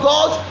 God